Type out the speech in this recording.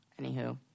Anywho